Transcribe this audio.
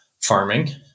farming